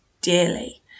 dearly